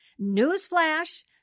Newsflash